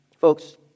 Folks